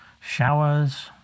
showers